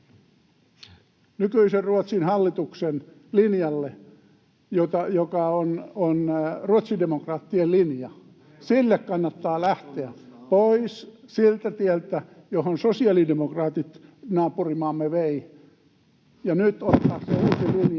nykyisen Ruotsin hallituksen linjalle, joka on ruotsidemokraattien linja. Sille kannattaa lähteä, pois siltä tieltä, johon sosiaalidemokraatit naapurimaamme vei, ja nyt ottaa se uusi linja